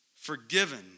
Forgiven